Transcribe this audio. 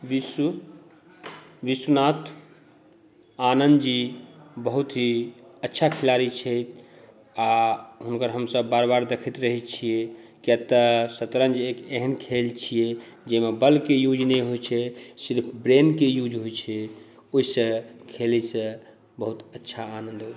विश्वनाथ आनन्दजी बहुत ही अच्छा खिलाड़ी छै आ हुनकर हमसभ बार बार देखैत रहैत छियै कियाक तऽ सतरञ्ज एहन खेल छियै जाहिमे बलके यूज नहि होइत छै सिर्फ ब्रेनके यूज होइत छै ओहिसँ खेलयसँ बहुत अच्छा आनन्द आबैत छै